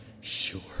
sure